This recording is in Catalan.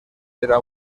era